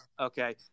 Okay